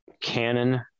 canon